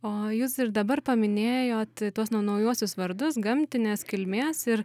o jūs ir dabar paminėjot tuos naujuosius vardus gamtinės kilmės ir